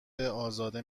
ازاده